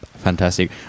fantastic